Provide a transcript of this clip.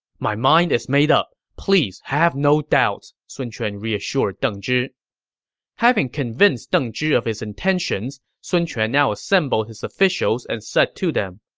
my mind is made up. please have no doubts, sun quan reassured deng zhi having convinced deng zhi of his intentions, sun quan now assembled his officials and said to them,